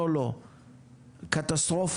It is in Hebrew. לא הייתה חלוקה למה יבוא מתוך התקציב המשרדי.